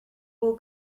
will